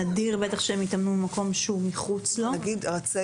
נדיר שהם יתאמנו במקום שהוא מחוץ לו -- נגיד רצי